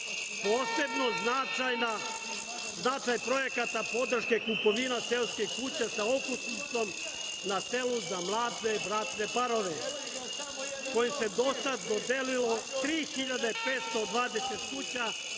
posebno značajna data podrška je kupovina seoske kuće sa okućnicom na selu za mlade bračne parove, kojom se dosad dodelilo 3.520 kuća